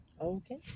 Okay